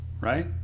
right